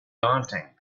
daunting